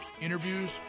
Interviews